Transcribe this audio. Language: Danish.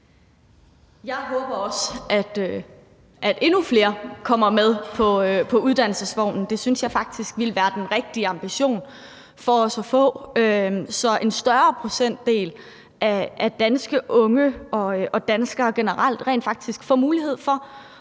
Jeg håber også, at endnu flere kommer med på uddannelsesvognen. Det synes jeg faktisk ville være den rigtige ambition for os at få, så en større procentdel af danske unge og danskere generelt rent faktisk får mulighed for